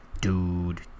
Dude